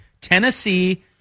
Tennessee